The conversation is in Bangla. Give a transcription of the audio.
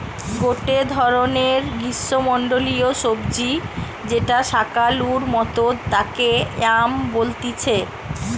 গটে ধরণের গ্রীষ্মমন্ডলীয় সবজি যেটা শাকালুর মতো তাকে য়াম বলতিছে